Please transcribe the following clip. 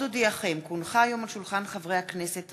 בנושא: פיקוח משרד הבריאות על האוכל בגני-הילדים ובצהרונים.